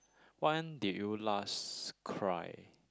when did you last cry